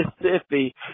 Mississippi